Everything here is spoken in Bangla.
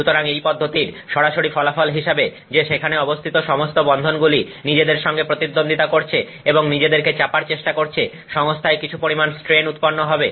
সুতরাং এই পদ্ধতির সরাসরি ফলাফল হিসেবে যে সেখানে অবস্থিত সমস্ত বন্ধনগুলি নিজেদের সঙ্গে প্রতিদ্বন্দ্বিতা করছে এবং নিজেদেরকে চাপার চেষ্টা করছে সংস্থায় কিছু পরিমাণ স্ট্রেন উৎপন্ন হবে